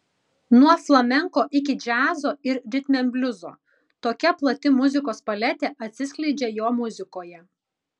nuo flamenko iki džiazo ir ritmenbliuzo tokia plati muzikos paletė atsiskleidžia jo muzikoje